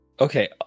Okay